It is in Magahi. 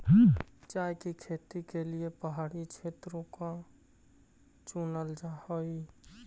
चाय की खेती के लिए पहाड़ी क्षेत्रों को चुनल जा हई